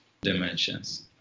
dimensions